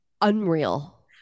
Unreal